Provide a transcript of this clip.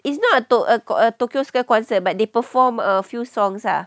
it's not a tok~ a got a tokyo square concert but they perform a few songs ah